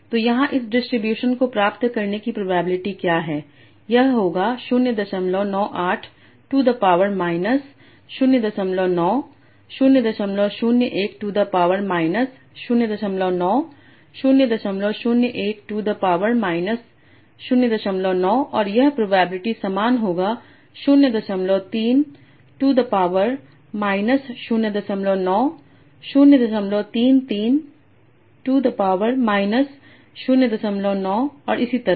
तो यहां इस डिस्ट्रीब्यूशन को प्राप्त करने की प्रोबेबिलिटी क्या है ये होगा 098 to the power minus 09 001 to the power minus 09 001 to the power minus 09 और यह प्रोबेबिलिटी सामान होगा 03 to the power minus 09 033 to the power minus 09 और इसी तरह